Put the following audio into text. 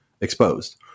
exposed